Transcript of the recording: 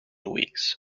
weeks